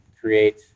create